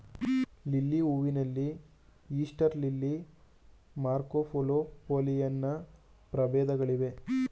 lily ಹೂವಿನಲ್ಲಿ Easter lily, Marco Polo, Pollyanna ಪ್ರಭೇದಗಳಿವೆ